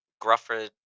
Grufford